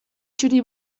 txuri